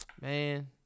Man